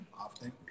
Often